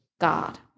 God